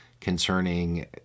concerning